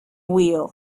wheel